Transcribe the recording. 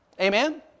Amen